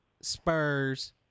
Spurs